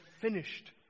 finished